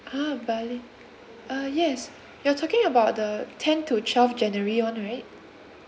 ah bali uh yes you're talking about the tenth to twelfth january [one] right